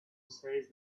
says